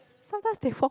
sometimes they for